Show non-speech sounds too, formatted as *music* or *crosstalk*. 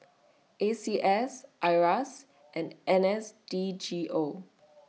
A C S IRAS and N S D G O *noise*